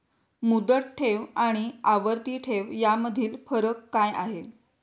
मुदत ठेव आणि आवर्ती ठेव यामधील फरक काय आहे?